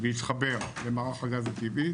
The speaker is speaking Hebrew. להתחבר למערך הגז הטבעי,